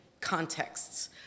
contexts